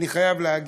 אני חייב להגיד.